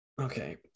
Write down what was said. okay